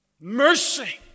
Mercy